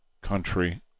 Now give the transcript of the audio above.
country